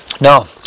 no